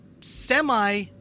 semi